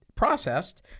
processed